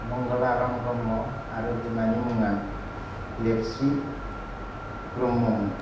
मंगालारमा ब्रह्म आरो बिमानि मुङा लेबश्री ब्रह्ममोन